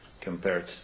compared